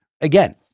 again